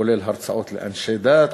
כולל הרצאות לאנשי דת,